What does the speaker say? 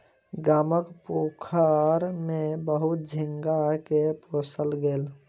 गामक पोखैर में बहुत झींगा के पोसल गेल